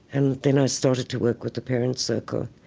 and then i started to work with the parents circle